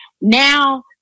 Now